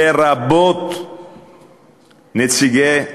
לרבות נציגי הנכים.